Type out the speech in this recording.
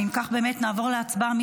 אם כך, נעבור להצבעה.